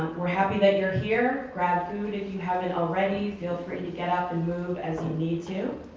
we're happy that you're here. grab food if you haven't already, feel free and to get up and move as you need to.